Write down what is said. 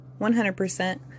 100%